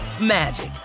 magic